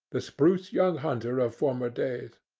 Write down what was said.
the spruce young hunter of former days.